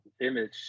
image